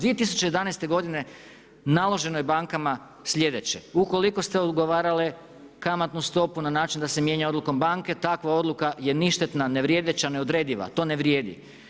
2011. godine naloženo je bankama sljedeće, ukoliko ste ugovarale kamatnu stopu da se mijenja odlukom banke, takva je odluka ništetna, ne vrijedeća, neodrediva to ne vrijedi.